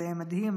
זה מדהים,